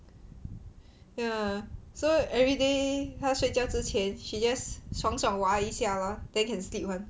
ya so everyday 他睡觉之前 she just 爽爽挖一下 lor then can sleep [one]